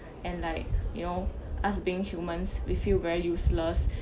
and like you know us being humans we feel very useless